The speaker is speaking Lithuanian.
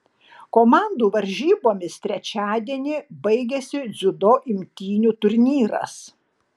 komandų varžybomis trečiadienį baigiasi dziudo imtynių turnyras